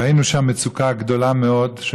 ראינו שהמצוקה גדולה מאוד.